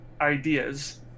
ideas